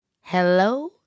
hello